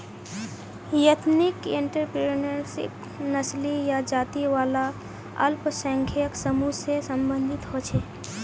ethnic entrepreneurship नस्ली या जाती वाला अल्पसंख्यक समूह से सम्बंधित होछे